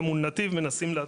וגם מול נתיב כי שוב,